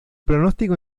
pronóstico